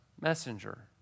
messenger